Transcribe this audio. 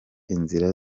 inzira